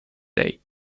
day